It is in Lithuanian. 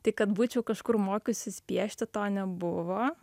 tai kad būčiau kažkur mokiusis piešti to nebuvo